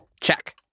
Check